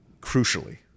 crucially